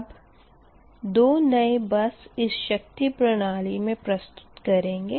अब २ नए बस इस शक्ति प्रणाली मे प्रस्तुत करेंगे